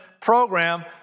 program